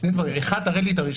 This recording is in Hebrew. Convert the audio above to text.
שני דברים, אחד תראה לי את הרישיון.